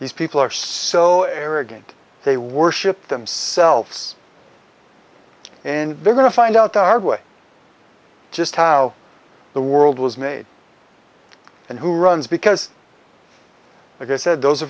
these people are so arrogant they worship themselves and they're going to find out the hard way just how the world was made and who runs because like i said those are